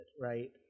right